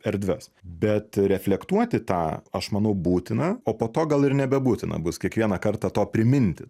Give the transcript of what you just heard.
erdves bet reflektuoti tą aš manau būtina o po to gal ir nebebūtina bus kiekvieną kartą to priminti